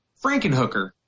Frankenhooker